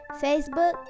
Facebook